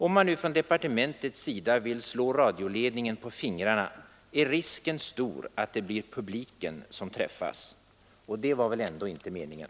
Om man nu från departementets sida vill slå radioledningen på fingrarna är risken stor att det blir publiken som träffas. Och det var väl ändå inte meningen!